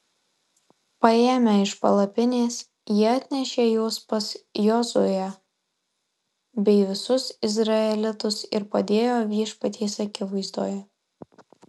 paėmę iš palapinės jie atnešė juos pas jozuę bei visus izraelitus ir padėjo viešpaties akivaizdoje